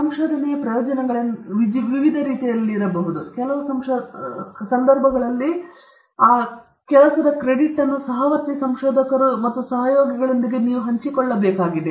ಸಂಶೋಧನೆಯ ಈ ಪ್ರಯೋಜನಗಳೆಂದರೆ ವಿವಿಧ ರೀತಿಯದ್ದಾಗಿರಬಹುದು ಕೆಲವು ಸಂದರ್ಭಗಳಲ್ಲಿ ಸಂಶೋಧನಾ ಕಾರ್ಯದ ಕ್ರೆಡಿಟ್ ಸಹವರ್ತಿ ಸಂಶೋಧಕರು ಮತ್ತು ಸಹಯೋಗಿಗಳೊಂದಿಗೆ ಹಂಚಿಕೊಳ್ಳಬೇಕಾಗಿದೆ